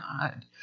God